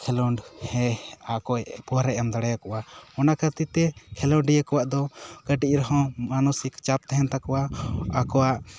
ᱠᱷᱮᱞᱳᱰ ᱦᱮᱸ ᱟᱠᱚᱭ ᱠᱷᱚᱵᱚᱨᱮᱭ ᱮᱢ ᱫᱟᱲᱮ ᱟᱠᱚᱟ ᱚᱱᱟ ᱠᱷᱟᱹᱛᱤᱨ ᱛᱮ ᱠᱷᱮᱞᱳᱰᱤᱭᱟᱹ ᱠᱚᱶᱟ ᱫᱚ ᱠᱟᱹᱴᱤᱡ ᱨᱮᱦᱚᱸ ᱢᱟᱱᱚᱥᱤᱠ ᱪᱟᱯ ᱛᱟᱸᱦᱮᱱ ᱛᱟᱠᱚᱣᱟ ᱟᱠᱚᱣᱟᱜ